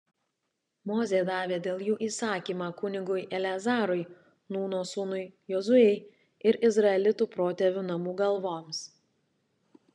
mozė davė dėl jų įsakymą kunigui eleazarui nūno sūnui jozuei ir izraelitų protėvių namų galvoms